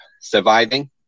surviving